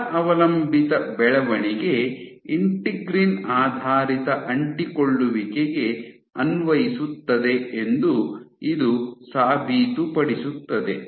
ಬಲ ಅವಲಂಬಿತ ಬೆಳವಣಿಗೆ ಇಂಟೆಗ್ರಿನ್ ಆಧಾರಿತ ಅಂಟಿಕೊಳ್ಳುವಿಕೆಗೆ ಅನ್ವಯಿಸುತ್ತದೆ ಎಂದು ಇದು ಸಾಬೀತು ಪಡಿಸುತ್ತದೆ